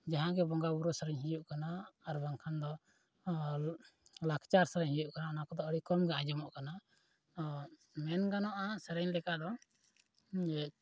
ᱡᱟᱦᱟᱸᱜᱮ ᱵᱚᱸᱜᱟᱼᱵᱩᱨᱩ ᱥᱮᱨᱮᱧ ᱠᱚ ᱦᱩᱭᱩᱜ ᱠᱟᱱᱟ ᱟᱨ ᱵᱟᱝᱠᱷᱟᱱ ᱫᱚ ᱞᱟᱠᱪᱟᱨ ᱥᱮᱨᱮᱧ ᱦᱩᱭᱩᱜ ᱠᱟᱱᱟ ᱚᱱᱟ ᱠᱚᱫᱚ ᱟᱹᱰᱤ ᱠᱚᱢᱜᱮ ᱟᱸᱡᱚᱢᱚᱜ ᱠᱟᱱᱟ ᱢᱮᱱ ᱜᱟᱱᱚᱜᱼᱟ ᱥᱮᱨᱮᱧ ᱞᱮᱠᱟ ᱫᱚ ᱡᱮ